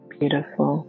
beautiful